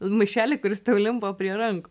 maišelį kuris tau limpa prie rankų